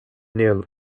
near